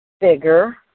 bigger